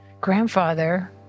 grandfather